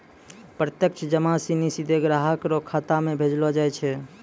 प्रत्यक्ष जमा सिनी सीधे ग्राहक रो खातो म भेजलो जाय छै